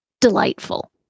delightful